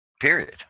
Period